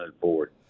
forward